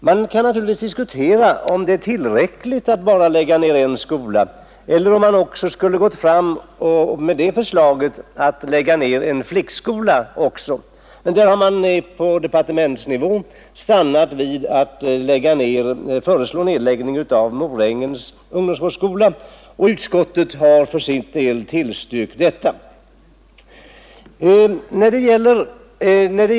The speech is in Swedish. Man kan naturligtvis diskutera om det är tillräckligt att lägga ned endast en skola eller om man skulle lägga fram förslag om nedläggning av en flickskola också, men på departementsnivå har man stannat för att föreslå nedläggning av Morängens ungdomsvårdsskola, och utskottsmajoriteten har för sin del tillstyrkt det förslaget.